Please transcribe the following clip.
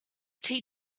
going